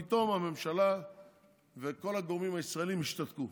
ופתאום הממשלה וכל הגורמים הישראליים השתתקו.